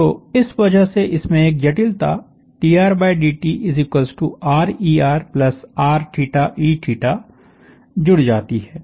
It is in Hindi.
तो इस वजह से इसमें एक जटिलताdrdtrer re जुड़ जाती है